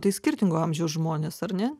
tai skirtingo amžiaus žmonės ar ne